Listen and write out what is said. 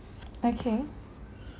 okay